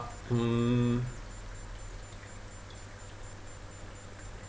hmm